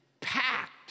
packed